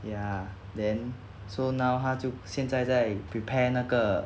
ya then so now 她就现在在 prepare 那个